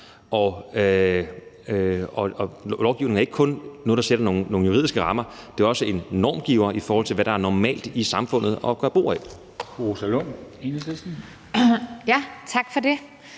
og lovgivningen er ikke kun noget, der sætter nogle juridiske rammer, men den er også en normgiver, i forhold til hvad der er normalt i samfundet at gøre brug af.